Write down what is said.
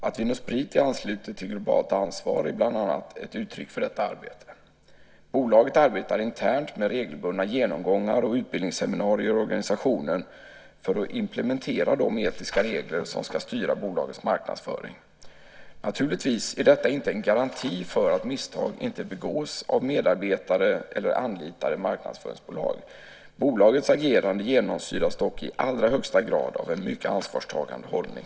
Att Vin & Sprit är anslutet till "globalt ansvar" är bland annat ett uttryck för detta arbete. Bolaget arbetar internt med regelbundna genomgångar och utbildningsseminarier i organisationen för att implementera de etiska regler som ska styra bolagets marknadsföring. Naturligtvis är detta inte en garanti för att misstag inte begås av medarbetare eller anlitade marknadsföringsbolag. Bolagets agerande genomsyras dock i allra högsta grad av en mycket ansvarstagande hållning.